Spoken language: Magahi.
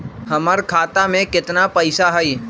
हमर खाता में केतना पैसा हई?